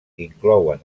inclouen